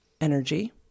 energy